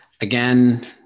again